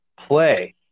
play